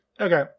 Okay